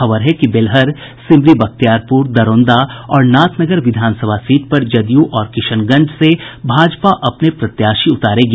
खबर है कि बेलहर सिमरी बख्तियारपुर दरौंदा और नाथनगर विधानसभा सीट पर जदयू और किशनगंज से भाजपा अपने प्रत्याशी उतारेगी